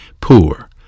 poor